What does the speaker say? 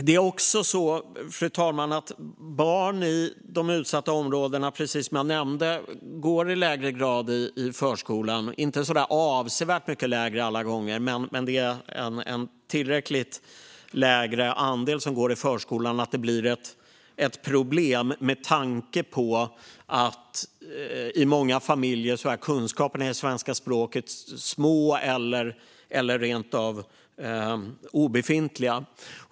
Det är också så, fru talman, att barn i de utsatta områdena, precis som jag nämnde, i lägre grad går i förskolan - inte avsevärt lägre alla gånger, men andelen som går i förskolan är tillräckligt mycket lägre för att det ska bli ett problem, med tanke på att kunskaperna i svenska språket i många familjer är små eller rent av obefintliga.